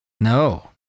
No